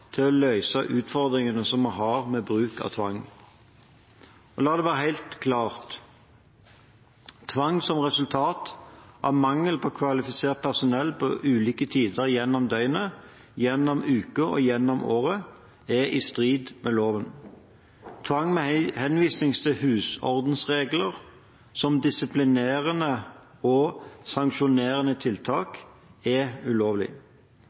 til å løse de utfordringene vi har med bruk av tvang. La det være helt klart: Tvang som resultat av mangel på kvalifisert personell på ulike tider gjennom døgnet, gjennom uken og gjennom året, er i strid med loven. Tvang med henvisning til husordensregler eller som disiplinerende og sanksjonerende tiltak er ulovlig.